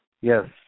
Yes